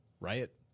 Riot